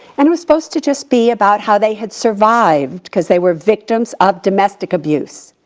and it was supposed to just be about how they had survived, cause they were victims of domestic abuse.